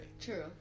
True